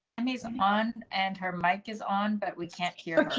amazing on, and her mike is on, but we can't hear